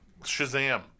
Shazam